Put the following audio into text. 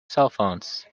cellphones